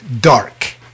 dark